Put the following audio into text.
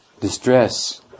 distress